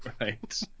right